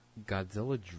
Godzilla